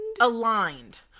Aligned